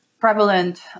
prevalent